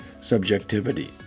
subjectivity